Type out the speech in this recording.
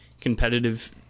competitive